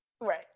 right